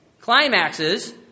climaxes